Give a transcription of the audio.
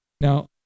Now